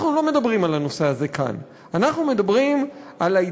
אנחנו לא מדברים על הנושא הזה כאן.